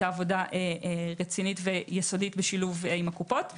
עבודה רצינית ויסודית בשילוב עם הקופות.